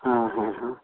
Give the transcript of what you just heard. हाँ हाँ हाँ